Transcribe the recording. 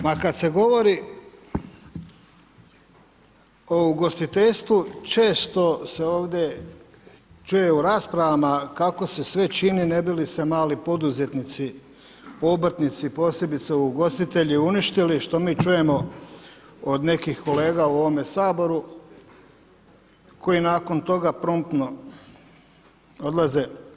Ma kad se govori o ugostiteljstvu, često se ovdje čuje u raspravama kako se sve čini ne bi li se mali poduzetnici, obrtnici, posebice ugostitelji uništili što mi čujemo od nekih kolega u ovome Saboru koji nakon toga promptno odlaze.